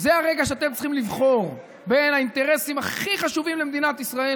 זה הרגע שאתם צריכים לבחור בין האינטרסים הכי חשובים למדינת ישראל